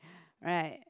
right